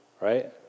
Right